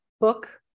book